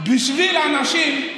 בשביל אנשים,